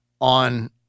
on